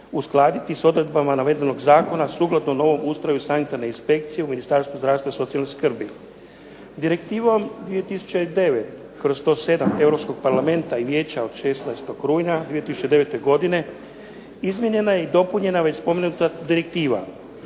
uskladiti sa odredbama navedenog zakona sukladno novom ustroju Sanitarne inspekcije u Ministarstvu zdravstva i socijalne skrbi. Direktivom 2009/107 Europskog parlamenta i vijeća od 16. rujna 2009. godine izmijenjena je i dopunjena već spomenuta direktiva.